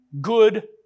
good